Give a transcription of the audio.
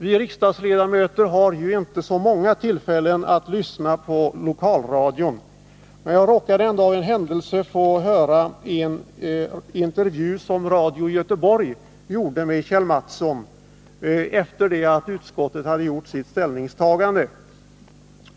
Vi riksdagsledamöter har ju inte så många tillfällen att lyssna på lokalradion. Men jag råkade en dag av en händelse få höra en intervju som Radio Göteborg gjorde med Kjell Mattsson efter det att utskottet hade gjort sitt ställningstagande.